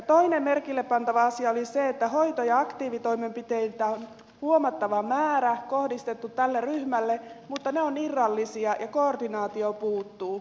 toinen merkillepantava asia oli se että hoito ja aktiivitoimenpiteitä on huomattava määrä kohdistettu tälle ryhmälle mutta ne ovat irrallisia ja koordinaatio puuttuu